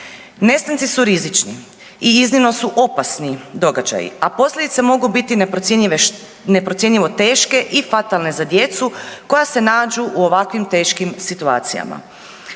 Nestanci su rizični i iznimno su opasni događaji, a posljedice mogu biti neprocjenjivo teške i fatalne za djecu koja se nađu u ovakvim teškim situacijama.